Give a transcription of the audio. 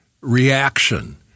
reaction